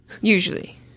Usually